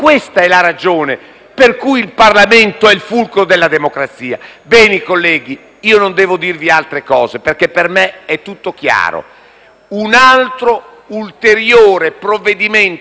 per cui il Parlamento è il fulcro della democrazia. Colleghi, non devo dirvi altre cose, perché per me è tutto chiaro. Siamo di fronte a un ulteriore provvedimento di facciata